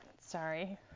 Sorry